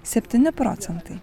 septyni procentai